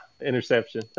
interception